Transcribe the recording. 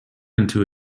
into